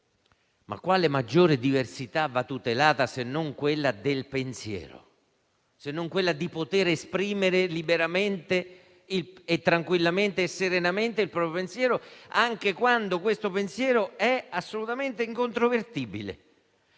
quale maggiore diversità va tutelata, se non quella del pensiero, quella di poter esprimere liberamente, tranquillamente e serenamente il proprio pensiero, anche quando è assolutamente incontrovertibile.